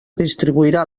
distribuirà